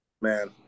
man